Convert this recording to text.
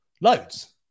Loads